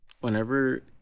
whenever